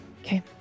Okay